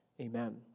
Amen